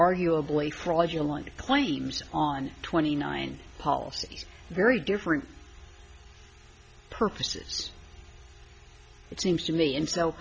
arguably fraudulent claims on twenty nine policies very different purposes it seems to me and so